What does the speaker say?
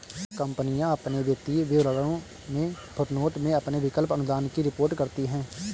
कंपनियां अपने वित्तीय विवरणों में फुटनोट में अपने विकल्प अनुदान की रिपोर्ट करती हैं